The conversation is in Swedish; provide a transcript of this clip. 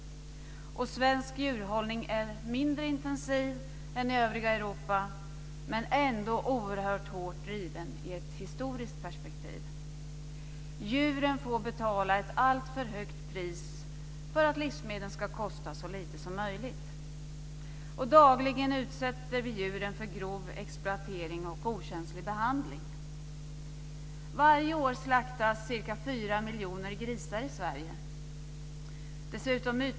Svensk djurhållning är mindre intensiv än i övriga Europa, men ändå oerhört hårt driven i ett historiskt perspektiv. Djuren får betala ett alltför högt pris för att livsmedlen ska kosta så lite som möjligt. Dagligen utsätter vi djuren för grov exploatering och okänslig behandling. galtar i avel.